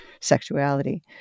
sexuality